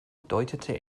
deutete